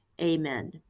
Amen